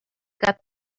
got